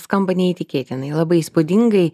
skamba neįtikėtinai labai įspūdingai